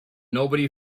nobody